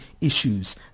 issues